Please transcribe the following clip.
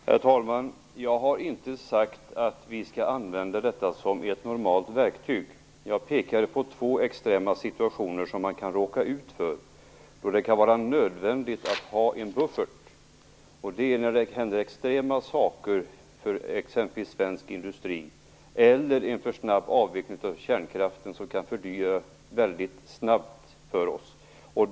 Herr talman! Jag har inte sagt att vi skall använda detta som ett normalt verktyg. Jag pekade på två extrema situationer som man kan råka ut för, då det kan vara nödvändigt att ha en buffert. Det är när det händer extrema saker för exempelvis svensk industri eller när en för snabb avveckling av kärnkraften fördyrar energin mycket snabbt för oss.